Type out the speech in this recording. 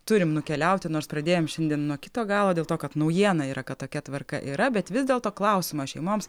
turim nukeliauti nors pradėjom šiandien nuo kito galo dėl to kad naujiena yra kad tokia tvarka yra bet vis dėlto klausimą šeimoms